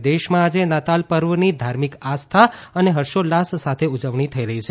સમગ્ર દેશમાં આજે નાતાલ પર્વની ધાર્મિક આસ્થા અને હર્ષોલ્લાસ સાથે ઉજવણી થઈ રહી છે